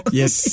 yes